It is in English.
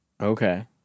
Okay